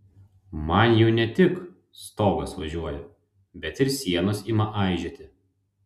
man jau ne tik stogas važiuoja bet ir sienos ima aižėti